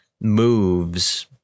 moves